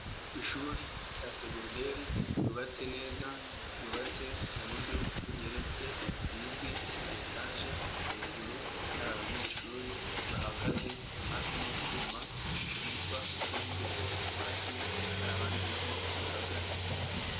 Ishuri rya segonderi ryubatse neza, ryubatse mu buryo bugeretse bizwi nka etaje. Hejuru hari abanyeshuri bahagaze hafi n'utwuma twitwa garide fo, Hasi hari abandi nabo bahagaze.